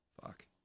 Fuck